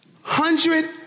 Hundred